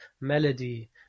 melody